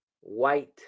white